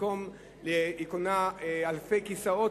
היא קונה אלפי כיסאות,